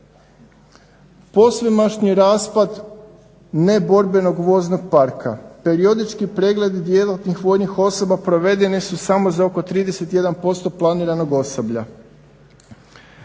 Posvemašnji raspad neborbenog voznog parka. Periodički pregled djelatnih vojnih osoba provedene su samo za oko 31% planiranog osoblja.